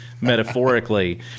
metaphorically